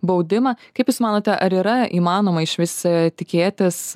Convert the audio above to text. baudimą kaip jūs manote ar yra įmanoma išvis tikėtis